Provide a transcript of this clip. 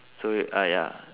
so ah ya